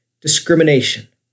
discrimination